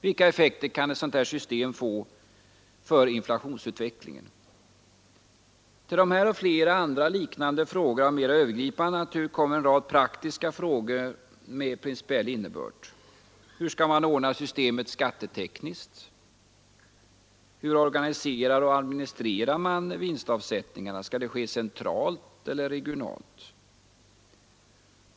Vilka effekter kan systemet få för inflationsutvecklingen? Till dessa och flera andra liknande frågor av övergripande natur kommer en rad praktiska frågor med principiell innebörd. Hur skall man ordna systemet skattetekniskt? Hur organiserar och administrerar man vinstavsättningarna? Skall det ske centralt eller regionalt?